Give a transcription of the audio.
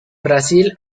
brasil